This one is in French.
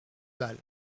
bal